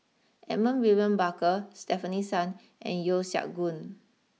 Edmund William Barker Stefanie Sun and Yeo Siak Goon